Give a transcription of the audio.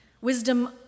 wisdom